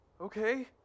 Okay